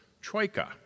Troika